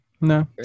No